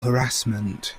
harassment